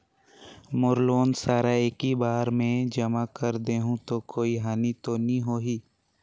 मोर loan सारा एकी बार मे जमा कर देहु तो कोई हानि तो नी होही?